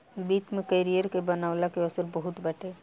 वित्त में करियर के बनवला के अवसर बहुते बाटे